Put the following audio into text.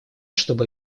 чтобы